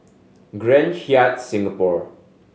Grand Hyatt Singapore